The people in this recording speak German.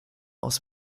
aus